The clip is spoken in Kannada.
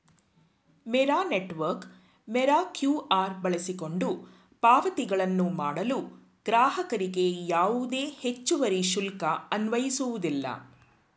ಮೇರಾ ನೆಟ್ವರ್ಕ್ ಮೇರಾ ಕ್ಯೂ.ಆರ್ ಬಳಸಿಕೊಂಡು ಪಾವತಿಗಳನ್ನು ಮಾಡಲು ಗ್ರಾಹಕರಿಗೆ ಯಾವುದೇ ಹೆಚ್ಚುವರಿ ಶುಲ್ಕ ಅನ್ವಯಿಸುವುದಿಲ್ಲ